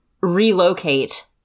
relocate –